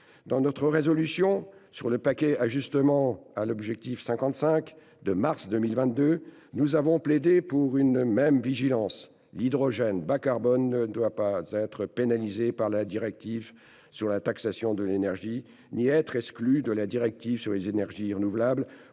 Dans notre résolution sur le paquet Ajustement à l'objectif 55 d'avril 2022, nous avons plaidé en faveur de la même vigilance. L'hydrogène bas-carbone ne doit pas être pénalisé par la directive sur la taxation de l'énergie ni être exclu de la directive sur les énergies renouvelables